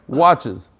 watches